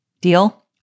Deal